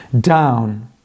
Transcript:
down